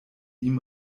ihm